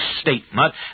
statement